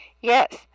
yes